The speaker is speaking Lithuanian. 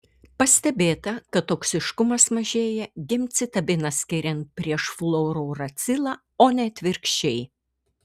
pastebėta kad toksiškumas mažėja gemcitabiną skiriant prieš fluorouracilą o ne atvirkščiai